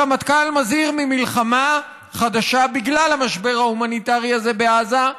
הרמטכ"ל מזהיר ממלחמה חדשה בגלל המשבר ההומניטרי הזה בעזה,